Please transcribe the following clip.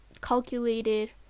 calculated